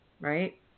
right